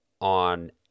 on